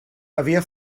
havia